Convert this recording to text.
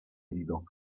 évident